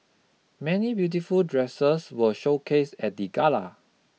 many beautiful dresses were showcased at the gala